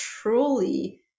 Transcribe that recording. truly